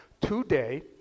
Today